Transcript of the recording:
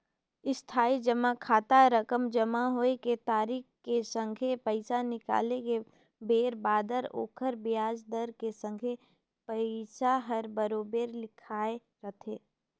इस्थाई जमा खाता रकम जमा होए के तारिख के संघे पैसा निकाले के बेर बादर ओखर बियाज दर के संघे पइसा हर बराबेर लिखाए रथें